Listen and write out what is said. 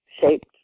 shaped